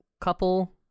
couple